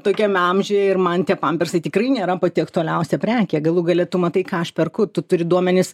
tokiam amžiuje ir man tie pampersai tikrai nėra pati aktualiausia prekė galų gale tu matai ką aš perku tu turi duomenis